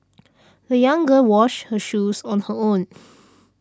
the young girl washed her shoes on her own